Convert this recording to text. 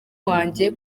wanjye